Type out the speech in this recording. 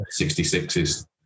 66's